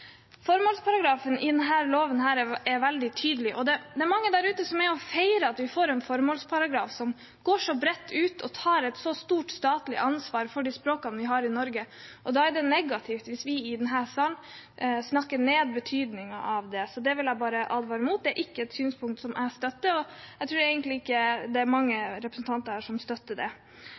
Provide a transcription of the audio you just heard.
er en formålsparagraf. Formålsparagrafen i denne loven er veldig tydelig. Det er mange der ute som nå feirer at vi får en formålsparagraf som går så bredt ut og tar et så stort statlig ansvar for de språkene vi har i Norge, og da er det negativt hvis vi i denne salen snakker ned betydningen av det. Det vil jeg bare advare mot. Det er ikke et synspunkt jeg støtter, og jeg tror egentlig ikke det er mange representanter her som støtter det.